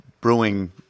brewing